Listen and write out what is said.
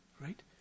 right